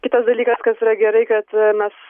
kitas dalykas kas yra gerai kad mes